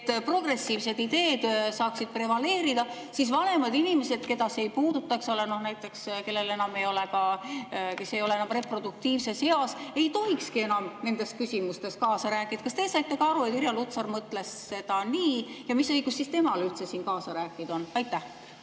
et progressiivsed ideed saaksid prevaleerida. Kas siis vanemad inimesed, keda see ei puuduta – noh, näiteks, kes ei ole enam reproduktiivses eas –, ei tohikski enam nendes küsimustes kaasa rääkida? Kas teie saite ka aru, et Irja Lutsar mõtles seda nii, ja mis õigus siis temal üldse siin kaasa rääkida on? Aitäh,